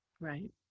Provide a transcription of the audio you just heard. right